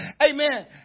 amen